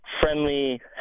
friendly